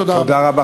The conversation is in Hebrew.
תודה רבה.